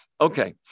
Okay